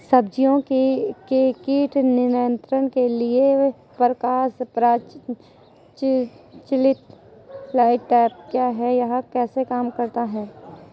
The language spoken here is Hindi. सब्जियों के कीट नियंत्रण के लिए प्रकाश प्रपंच लाइट ट्रैप क्या है यह कैसे काम करता है?